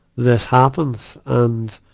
this happens. and,